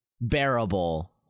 bearable